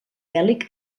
bèl·lic